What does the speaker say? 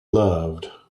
loved